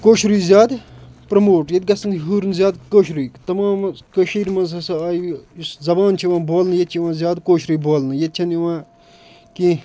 کٲشرُے زیادٕ پرٛیٚموٹ ییٚتہِ گَژھہِ ہوٗرن زیادٕ کٲشرُے تَمامس کٔشیٖر منٛز ہَسا آیہِ یُس زبان چھِ یِوان بولنہٕ ییٚتہِ چھِ یِوان زیادٕ کٲشرُے بولنہٕ ییٚتہِ چھَنہٕ یِوان کیٚنٛہہ